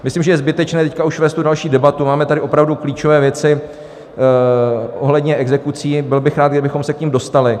Myslím, že je zbytečné teď už vést další debatu, máme tady opravdu klíčové věci ohledně exekucí, byl bych rád, kdybychom se k nim dostali.